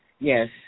Yes